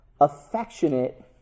affectionate